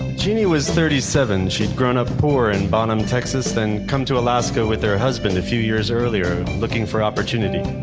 genie was thirty seven, she'd grown up poor in bonham, texas then came to alaska with her husband a few years earlier, looking for opportunity.